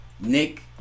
Nick